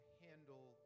handle